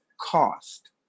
cost